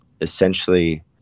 essentially